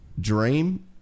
dream